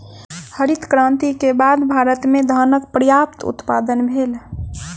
हरित क्रांति के बाद भारत में धानक पर्यात उत्पादन भेल